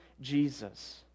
Jesus